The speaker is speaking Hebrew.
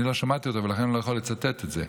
אני לא שמעתי אותו, ולכן אני לא יכול לצטט את זה,